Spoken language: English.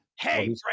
Hey